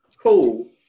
cool